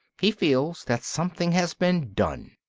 he feels that something has been done.